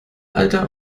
alter